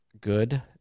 good